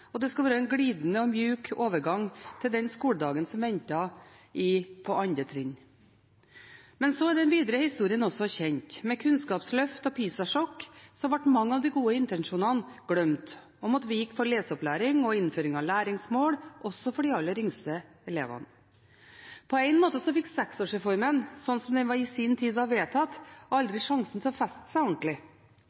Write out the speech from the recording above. og det skulle være en glidende og myk overgang til den skoledagen som ventet på 2. trinn. Men den videre historien er også kjent. Med kunnskapsløft og PISA-sjokk ble mange av de gode intensjonene glemt og måtte vike for leseopplæring og innføring av læringsmål også for de aller yngste elevene. På en måte fikk seksårsreformen, slik som den i sin tid ble vedtatt, aldri sjansen til å feste seg ordentlig.